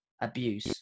abuse